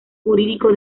jurídico